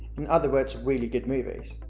in other words, really good movies.